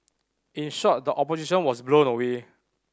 in short the opposition was blown away